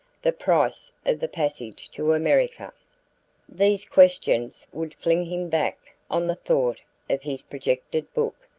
the price of the passage to america? these questions would fling him back on the thought of his projected book,